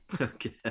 okay